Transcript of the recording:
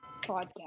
podcast